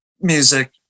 music